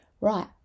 right